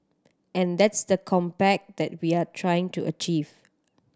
and that's the compact that we're trying to achieve